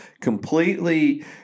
completely